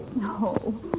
No